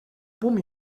boom